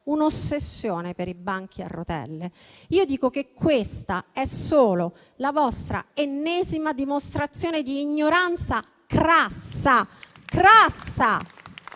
un'ossessione per i banchi a rotelle, io dico che questa è solo la vostra ennesima dimostrazione di ignoranza crassa.